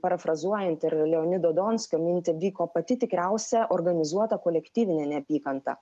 parafrazuojant ir leonido donskio mintį vyko pati tikriausia organizuota kolektyvinė neapykanta